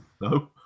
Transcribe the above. No